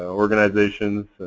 ah organizations,